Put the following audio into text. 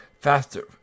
Faster